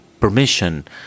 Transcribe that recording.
permission